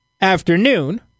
afternoon